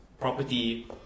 Property